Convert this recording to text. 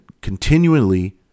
continually